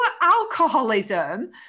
alcoholism